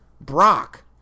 Brock